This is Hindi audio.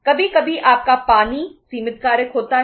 कभी कभी आपका पानी सीमित कारक होता है